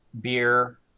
beer